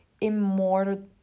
immortal